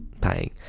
paying